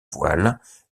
voiles